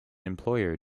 employer